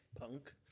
Punk